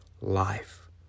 life